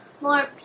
more